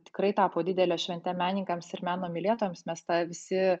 tikrai tapo didele švente menininkams ir meno mylėtojams mes tą visi